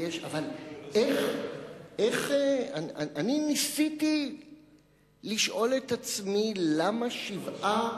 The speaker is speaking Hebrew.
אבל אני ניסיתי לשאול את עצמי למה שבעה.